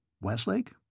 Westlake